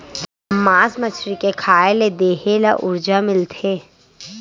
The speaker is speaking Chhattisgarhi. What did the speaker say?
मास मछरी के खाए ले देहे ल उरजा मिलथे